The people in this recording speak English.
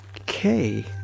Okay